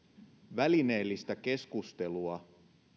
välineellistä keskustelua